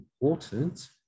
important